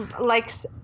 likes